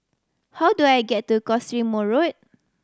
how do I get to Cottesmore Road